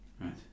Right